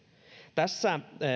tässä